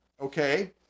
Okay